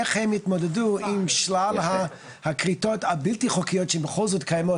איך הם התמודדו עם שלב הכריתות הבלתי חוקיות שבכל זאת קיימות,